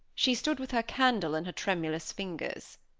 she stood with her candle in her tremulous fingers.